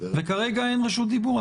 וכרגע אין רשות דיבור.